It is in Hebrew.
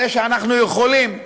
הרי שאנחנו יכולים לתכנן,